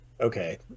Okay